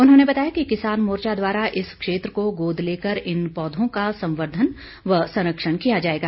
उन्होंने बताया कि किसान मोर्चा द्वारा इस क्षेत्र को गोद लेकर इन पौधों का संवर्द्वन व संरक्षण किया जाएगा